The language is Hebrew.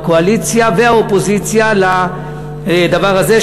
הקואליציה והאופוזיציה לדבר הזה,